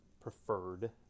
preferred